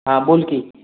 हां बोल की